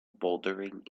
bouldering